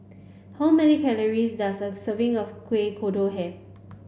how many calories does a serving of Kuih Kodok have